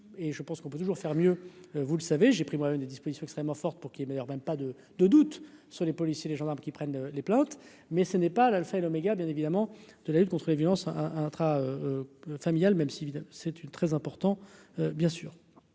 et je pense qu'on peut toujours faire mieux, vous le savez, j'ai pris moi-même des dispositions extrêmement forte, pour qui il est meilleur, même pas de de doute sur les policiers, les gendarmes qui prennent les plaintes, mais ce n'est pas l'Alpha et l'oméga bien évidemment de la lutte contre les violences intra-familiales, même si c'est une très important bien sûr,